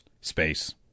Space